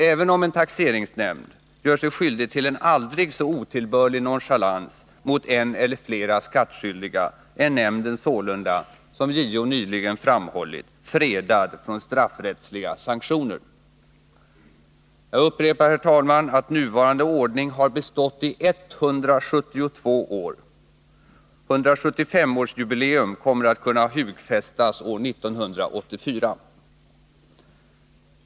Även om en taxeringsnämnd gör sig skyldig till en aldrig så otillbörlig nonchalans mot en eller flera skattskyldiga, är nämnden sålunda — som JO nyligen framhållit — fredad från straffrättsliga sanktioner. Jag upprepar, herr talman, att nuvarande ordning har bestått i 172 år. 175-årsjubileum kommer att kunna hugfästas år 1984.